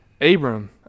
Abram